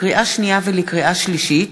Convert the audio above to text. לקריאה שנייה ולקריאה שלישית: